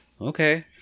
Okay